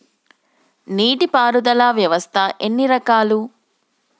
నీటి పారుదల వ్యవస్థ ఎన్ని రకాలు?